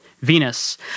Venus